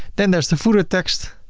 then there's the footer text.